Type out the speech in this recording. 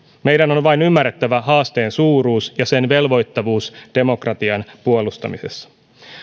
meidän on vain ymmärrettävä haasteen suuruus ja sen velvoittavuus demokratian puolustamisessa